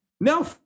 no